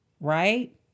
right